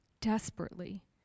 desperately